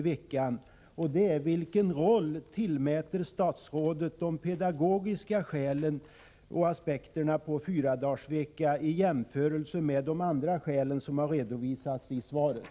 Vilken roll tillmäter statsrådet de pedagogiska aspekterna på fyradagarsvecka, i jämförelse med de andra skäl som redovisas i svaret?